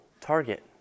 Target